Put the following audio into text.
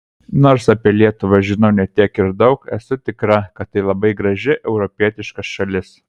nors apie lietuvą žinau ne tiek ir daug esu tikra kad tai labai graži europietiška šalis